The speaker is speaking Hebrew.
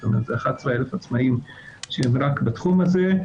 זאת אומרת, זה 11,000 עצמאים שהם רק בתחום הזה.